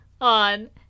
on